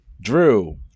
Drew